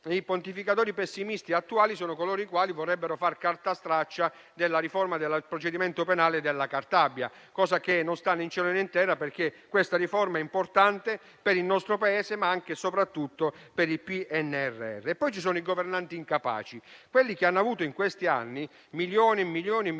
i pontificatori pessimisti attuali sono coloro i quali vorrebbero fare cartastraccia della riforma del procedimento penale della Cartabia; cosa che non sta né in cielo né in terra perché è una riforma importante per il nostro Paese, ma anche e soprattutto per il PNRR. Poi ci sono i governanti incapaci, quelli che hanno avuto in questi anni milioni e milioni di